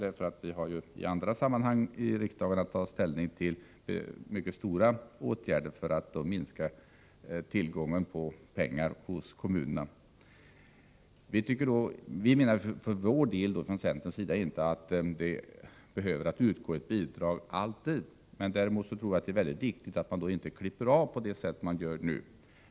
Vi har i andra sammanhang i riksdagen att ta ställning till mycket stora åtgärder, och tillgången på pengar hos kommunerna minskar. Från centerns sida menar vi att det inte alltid behöver utgå ett bidrag. Däremot tror jag att det är väldigt viktigt att man inte klipper av på det sätt som man gör nu.